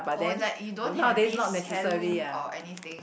oh like you don't have this heirloom or anything